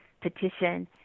petition